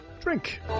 Drink